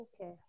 okay